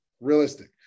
realistic